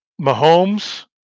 Mahomes